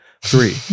Three